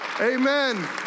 Amen